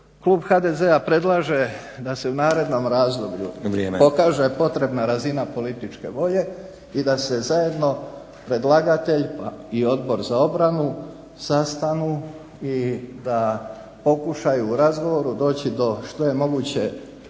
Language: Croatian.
Klub HDZ-a predlaže da se u narednom razdoblju pokaže … …/Upadica Stazić: Vrijeme./… … potrebna razina političke volje i da se zajedno predlagatelj i Odbor za obranu sastanu i da pokušaju u razgovoru doći do što je moguće